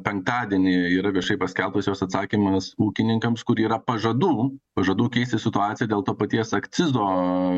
penktadienį yra viešai paskelbtas jos atsakymas ūkininkams kur yra pažadų pažadų keisti situaciją dėl to paties akcizo